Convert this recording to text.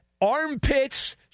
armpits